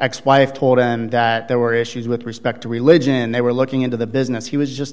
ex wife told and that there were issues with respect to religion and they were looking into the business he was just